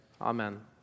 Amen